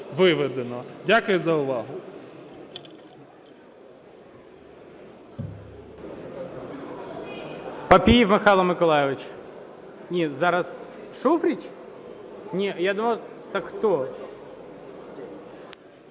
Дякую за увагу.